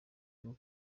bwo